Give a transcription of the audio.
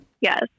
Yes